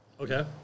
Okay